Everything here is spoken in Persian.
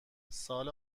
سال